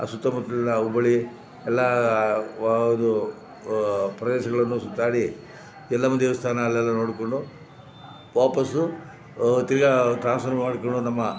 ಸುತ್ತಮುತ್ತಲಿನ ಹುಬ್ಬಳ್ಳಿ ಎಲ್ಲ ಒಂದು ಪ್ರದೇಶಗಳನ್ನು ಸುತ್ತಾಡಿ ಎಲ್ಲಮ್ಮನ ದೇವಸ್ಥಾನ ಅಲ್ಲೆಲ್ಲ ನೋಡಿಕೊಂಡು ವಾಪಸ್ಸು ತಿರ್ಗಿ ಟ್ರಾನ್ಸ್ಫರ್ ಮಾಡಿಕೊಂಡು ನಮ್ಮ